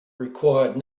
required